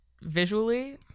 visually